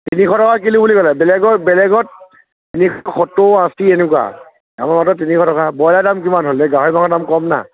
তিনিশ টকা কিলো বুলি ক'লে বেলেগৰ বেলেগত তিনিশ সত্তৰ আশী এনেকুৱা আমাৰ মাত্ৰ তিনিশ টকা বইলাৰ দাম কিমান হ'ল এই গাহৰি মাংস দাম কম না